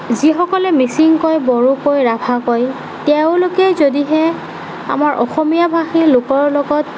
যিসকলে মিচিং কয় বড়ো কয় ৰাভা কয় তেওঁলোকে যদিহে আমাৰ অসমীয়া ভাষী লোকৰ লগত